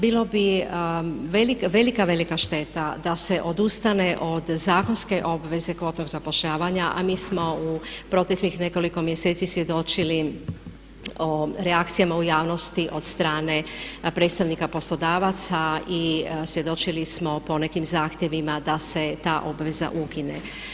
Bila bi velika, velika šteta da se odustane od zakonske obveze kvotnog zapošljavanja, a mi smo u proteklih nekoliko mjeseci svjedočilo o reakcijama u javnosti od strane predstavnika poslodavaca i svjedočili smo ponekim zahtjevima da se ta obveza ukine.